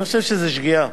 אני חושב שזו שגיאה.